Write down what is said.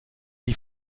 die